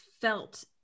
felt